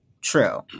True